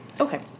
Okay